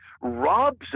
robs